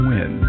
Win